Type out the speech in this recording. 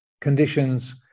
conditions